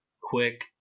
quick